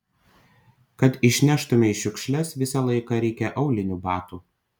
kad išneštumei šiukšles visą laiką reikia aulinių batų